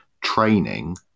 training